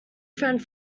friend